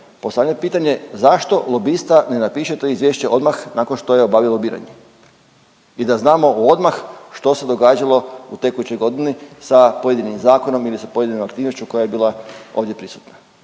postavljam pitanje zašto lobista ne napiše to izvješće odmah nakon što je obavio lobiranje i da znamo odmah što se događalo u tekućoj godini sa pojedinim zakonom ili sa pojedinom aktivnošću koja je bila ovdje prisutna.